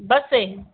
बस से